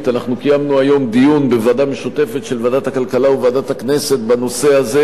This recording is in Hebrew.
היום קיימנו דיון בוועדה משותפת של ועדת הכלכלה וועדת הכנסת בנושא הזה.